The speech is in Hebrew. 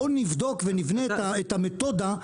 בואו נבדוק ונבנה את המתודה,